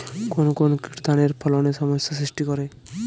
কোন কোন কীট ধানের ফলনে সমস্যা সৃষ্টি করে?